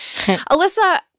Alyssa